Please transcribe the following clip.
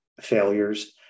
failures